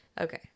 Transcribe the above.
Okay